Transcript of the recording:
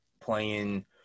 playing